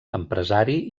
empresari